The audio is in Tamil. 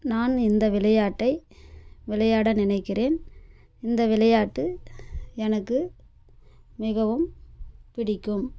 நான் இந்த விளையாட்டை விளையாட நினைக்கிறேன் இந்த விளையாட்டு எனக்கு மிகவும் பிடிக்கும்